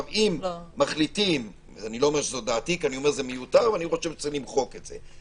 אני חושב שצריך למחוק את זה.